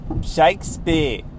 Shakespeare